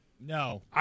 No